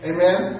Amen